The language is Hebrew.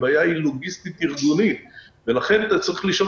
הבעיה היא לוגיסטית-ארגונית ולכן אתה צריך לשאול